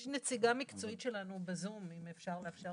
יש נציגה מקצועית שלנו בזום, אם אפשר לאפשר לה.